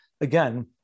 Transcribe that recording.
again